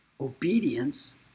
Obedience